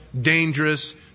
dangerous